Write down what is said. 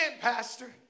Pastor